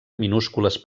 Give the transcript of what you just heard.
minúscules